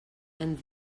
and